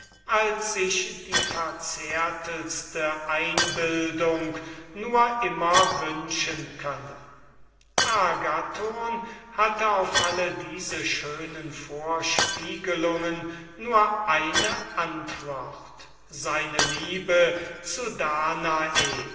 als sich die verzärteltste einbildung nur immer wünschen könne agathon hatte auf alle diese schöne vorspieglungen nur eine antwort seine liebe zu danae